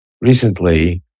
recently